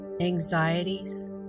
anxieties